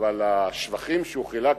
אבל השבחים שהוא חלק